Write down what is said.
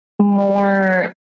more